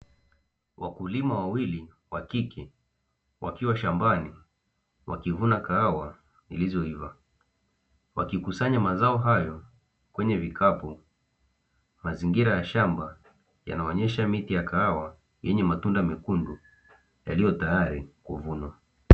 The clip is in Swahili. Wakulima wawili wa kike wakiwa shambani, wakivuna kahawa zilizoiva, wakikusanya mazao hayo kwenye vikapu. Mazingira ya shamba yanaonesha miti ya kahawa yenye matunda mekundu yaliyo tayari kuvunwa.